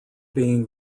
being